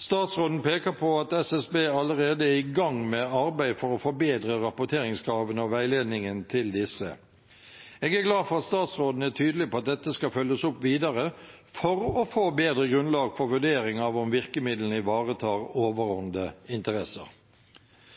Statsråden peker på at SSB allerede er i gang med et arbeid for å forbedre rapporteringskravene og veiledningen til disse. Jeg er glad for at statsråden er tydelig på at dette skal følges opp videre for å få bedre grunnlag for vurdering av om virkemidlene ivaretar